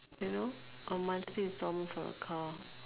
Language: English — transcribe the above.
you know a monthly instalment for a car